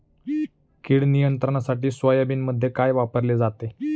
कीड नियंत्रणासाठी सोयाबीनमध्ये काय वापरले जाते?